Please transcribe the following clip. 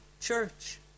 church